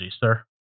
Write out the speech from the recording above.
sir